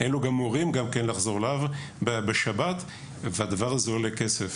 אין לו גם הורים לחזור אליהם בשבת והדבר הזה עולה כסף.